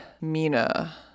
Mina